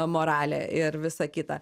moralę ir visa kita